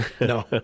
No